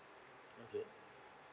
okay